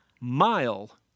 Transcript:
Mile